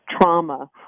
trauma